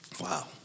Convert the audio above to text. Wow